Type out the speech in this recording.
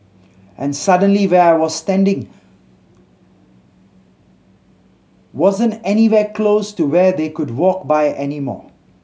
and suddenly where I was standing wasn't anywhere close to where they would walk by anymore